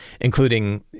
including